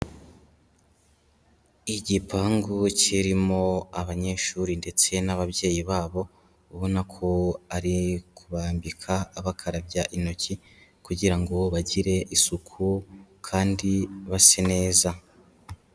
Igipangu kirimo abanyeshuri ndetse n'ababyeyi babo, ubona ko ari kubambika, abakarabya intoki kugira ngo bagire isuku kandi basa neza.